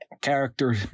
character